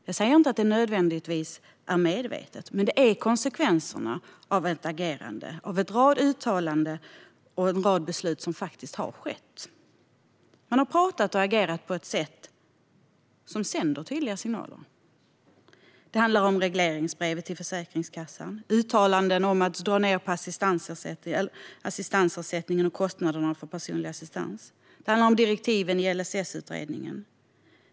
Jag säger inte att det nödvändigtvis är medvetet, men det är konsekvenserna av ett agerande med en rad uttalanden och en rad beslut som faktiskt har fattats. Man har talat och agerat på ett sätt som sänder tydliga signaler. Det handlar om regleringsbrevet till Försäkringskassan, det handlar om uttalanden om att dra ned på assistansersättningen och kostnaderna för personlig assistans och det handlar om direktiven i LSS-utredningen.